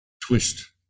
twist